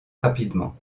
rapidement